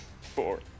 Four